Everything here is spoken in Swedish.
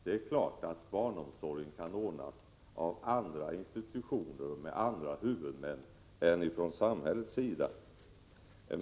Det är klart att barnomsorgen kan ordnas av andra institutioner och med andra huvudmän än samhället.